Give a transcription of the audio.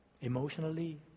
emotionally